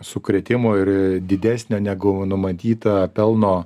didesnio negu numatyta pelno